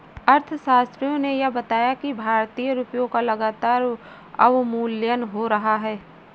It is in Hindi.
अर्थशास्त्रियों ने यह बताया कि भारतीय रुपयों का लगातार अवमूल्यन हो रहा है